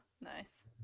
Nice